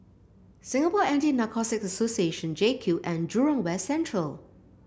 Singapore Anti Narcotics Association JCube and Jurong West Central